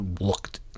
looked